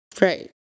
right